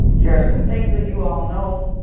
here are some things that you all know.